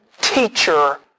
teacher